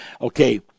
Okay